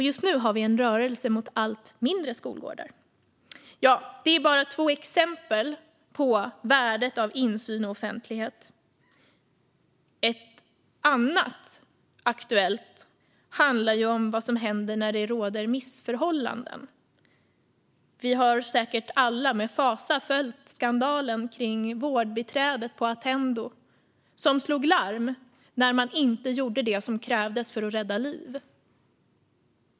Just nu har vi en utveckling mot allt mindre skolgårdar. Det här var bara två exempel på värdet av insyn och offentlighet. Ett annat aktuellt exempel handlar om vad som händer när det råder missförhållanden. Vi har säkert alla med fasa följt skandalen med vårdbiträdet på Attendo som slog larm när man inte gjorde det som krävdes för att rädda liv.